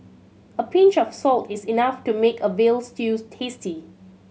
a pinch of salt is enough to make a veal stews tasty